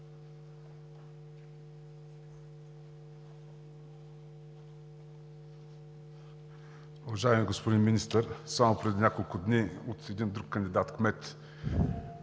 Уважаеми господин Министър, само преди няколко дни от един друг кандидат-кмет